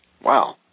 Wow